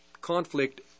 conflict